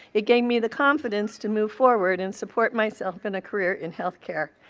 it gave me the confidence to move forward and support myself in a career in healthcare.